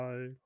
Bye